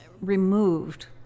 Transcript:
removed